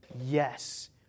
Yes